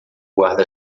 guarda